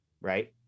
Right